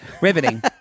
riveting